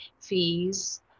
fees